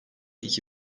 iki